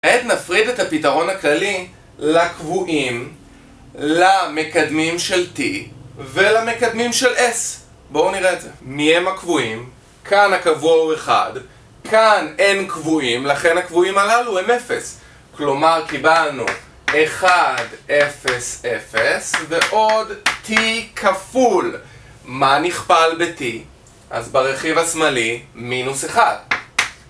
כעת נפריד את הפתרון הכללי לקבועים למקדמים של t ולמקדמים של s. בואו נראה את זה, מי הם הקבועים? כאן הקבוע הוא 1, כאן אין קבועים, לכן הקבועים הללו הם 0. כלומר קיבלנו 1, 0, 0 ועוד t כפול. מה נכפל ב-t? אז ברכיב השמאלי מינוס 1